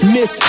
Miss